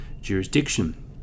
jurisdiction